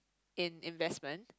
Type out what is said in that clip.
in investment